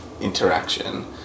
interaction